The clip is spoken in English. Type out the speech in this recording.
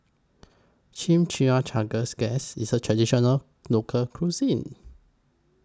Chimichangas Guess IS A Traditional Local Cuisine